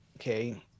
okay